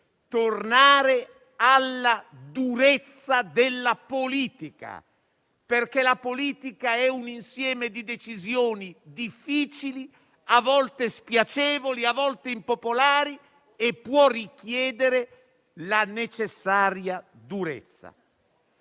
alla durezza della politica. La politica è un insieme di decisioni difficili, a volte spiacevoli, a volte impopolari, e può richiedere la necessaria durezza.